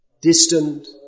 distant